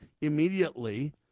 immediately